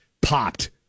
popped